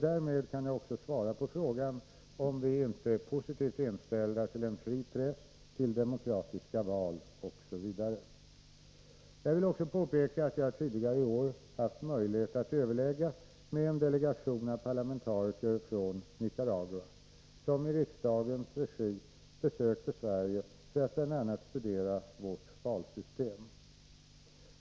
Därmed har jag också svarat på frågan om vi inte är positivt inställda till en fri press, till demokratiska val osv. Jag vill också påpeka att jag tidigare i år haft möjlighet att överlägga med en delegation av parlamentariker från Nicaragua, som i riksdagens regi besökte Sverige för att bl.a. studera vårt valsystem.